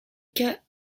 cache